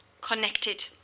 connected